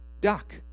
Duck